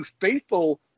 faithful